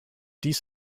dies